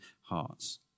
hearts